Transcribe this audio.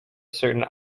certain